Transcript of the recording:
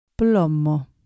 Plomo